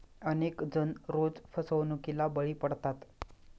अनेक जण रोज फसवणुकीला बळी पडतात